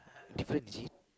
different is it